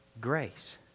grace